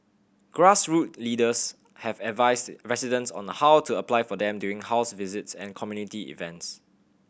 leaders have advised residents on a how to apply for them during house visits and community events